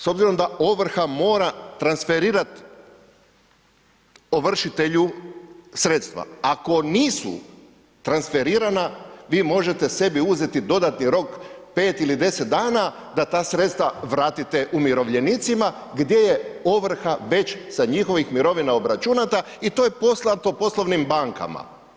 S obzirom da ovrha mora transferirati ovršitelju sredstva, ako nisu transferirana, vi možete sebi uzeti dodatni rok 5 ili 10 dana da ta sredstva vratite umirovljenicima, gdje je ovrha već sa njihovih mirovina obračunata i to je poslato poslovnim bankama.